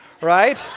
right